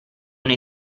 nei